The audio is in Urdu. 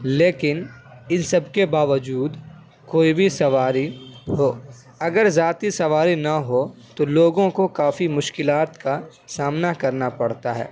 لیکن ان سب کے باوجود کوئی بھی سواری ہو اگر ذاتی سواری نا ہو تو لوگوں کو کافی مشکلات کا سامنا کرنا پڑتا ہے